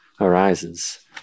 arises